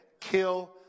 kill